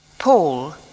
Paul